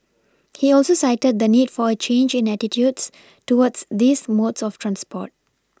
he also cited the need for a change in attitudes towards these modes of transport